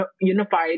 unified